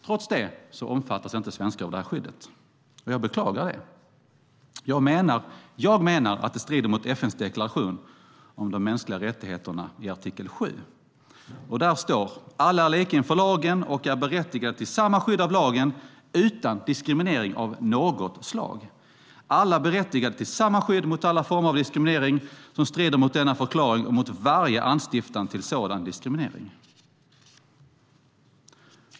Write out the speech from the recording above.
Trots det omfattas inte svenskar av det här skyddet. Jag beklagar det. Jag menar att det strider mot FN:s deklaration om de mänskliga rättigheterna. I artikel 7 står nämligen: "Alla är lika inför lagen och är berättigade till samma skydd av lagen utan diskriminering av något slag. Alla är berättigade till samma skydd mot alla former av diskriminering som strider mot denna förklaring och mot varje anstiftan till sådan diskriminering."